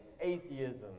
atheism